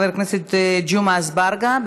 חבר הכנסת ג'מעה אזברגה.